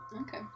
Okay